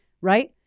right